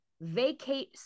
vacate